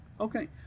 Okay